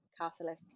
Catholic